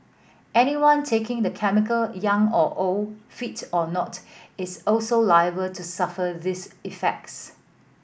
anyone taking the chemical young or old fit or not is also liable to suffer these effects